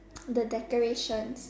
the decorations